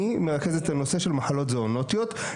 אני מרכז את הנושא של מחלות זואונוטיות,